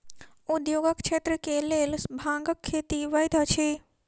उद्योगक क्षेत्र के लेल भांगक खेती वैध अछि